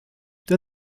der